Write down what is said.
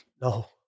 No